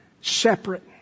separate